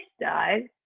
died